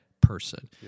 person